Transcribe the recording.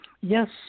Yes